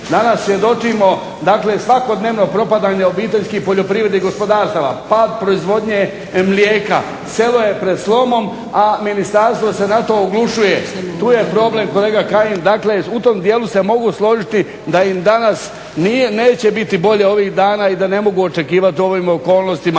danas svjedočimo svakodnevno propadanja OPG-a, pad proizvodnje mlijeka, selo je pred slomom, a Ministarstvo se na to oglušuje. Tu je problem kolega Kajin, dakle u tom dijelu se mogu složiti da im danas neće biti bolje ovih dana i da ne mogu očekivat u ovim okolnostima